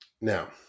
Now